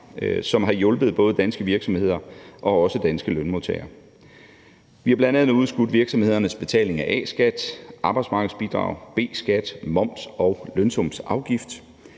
som har hjulpet både danske virksomheder og også danske lønmodtagere. Vi har bl.a. udskudt virksomhedernes betaling af A-skat, arbejdsmarkedsbidrag, B-skat, moms og lønsumsafgift.